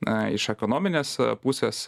na iš ekonominės pusės